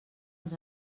ens